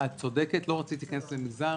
את צודקת, לא רציתי להיכנס למגזר.